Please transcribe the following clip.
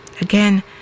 again